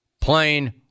plain